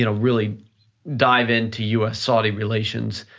you know really dive into us-saudi relations,